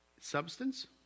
substance